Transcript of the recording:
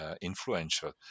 influential